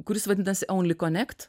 kuris vadinasi ounly konekt